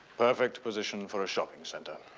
perfect position for a shopping center.